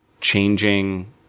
changing